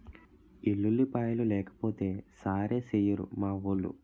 ఎల్లుల్లిపాయలు లేకపోతే సారేసెయ్యిరు మావోలు